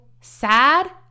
sad